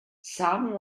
some